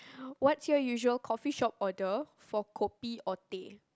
what's your usual coffeeshop order for kopi or teh